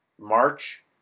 March